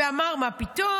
והוא אמר: מה פתאום?